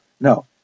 No